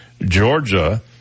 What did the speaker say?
Georgia